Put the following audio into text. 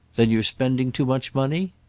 that you're spending too much money?